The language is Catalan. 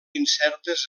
incertes